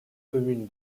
commune